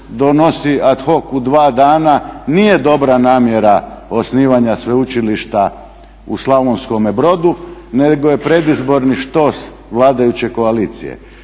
donosi ad hoc u dva dana nije dobra namjera osnivanja Sveučilišta u Slavonskome Brodu nego je predizborni štos vladajuće koalicije.